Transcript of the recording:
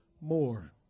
more